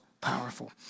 powerful